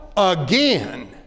again